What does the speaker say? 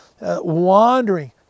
wandering